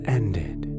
ended